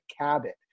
Cabot